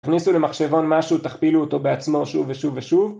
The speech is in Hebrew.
הכניסו למחשבון משהו, תכפילו אותו בעצמו שוב ושוב ושוב